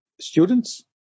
students